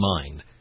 mind